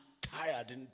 tired